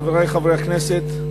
חברי חברי הכנסת,